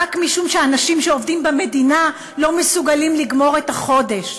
רק משום שאנשים שעובדים במדינה לא מסוגלים לגמור את החודש.